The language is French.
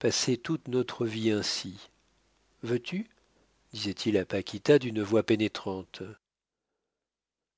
passer toute notre vie ainsi veux-tu disait-il à paquita d'une voix pénétrante